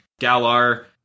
Galar